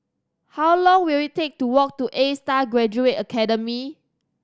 how long will it take to walk to Astar Graduate Academy